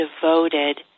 devoted